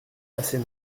assez